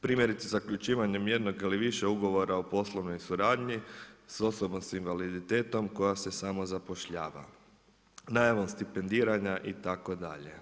Primjerice zaključivanjem jednog ili više ugovora o poslovnoj suradnji sa osobom s invaliditetom koja se samo zapošljava, najavom stipendiranja itd.